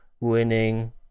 winning